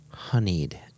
Honeyed